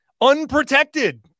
unprotected